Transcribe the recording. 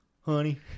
honey